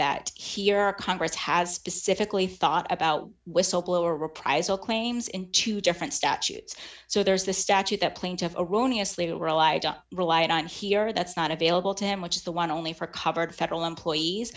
that here our congress has specifically thought about whistleblower reprisal claims in two different statutes so there's the statute that plaintiff erroneous later relied reliant on here that's not available to him which is the one only for covered federal employees